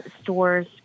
stores